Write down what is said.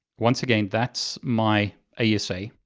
once again, that's my ah yeah asa.